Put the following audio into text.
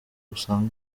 usanga